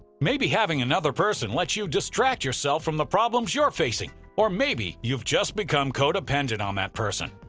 maybe having another person lets you distract yourself from the problems you're facing, or maybe you've just become co-dependent on that person.